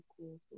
cool